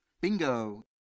Bingo